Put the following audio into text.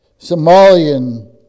Somalian